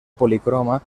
policroma